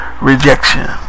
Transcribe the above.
rejection